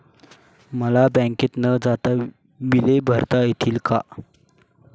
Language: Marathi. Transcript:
मला बँकेत न जाता बिले भरता येतील का?